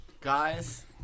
Guys